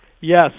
Yes